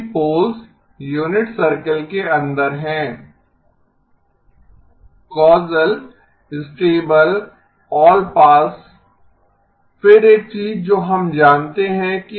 सभी poles unit circle के अंदर हैं कॉसल स्टेबल ऑलपास फिर एक चीज जो हम जानते हैं कि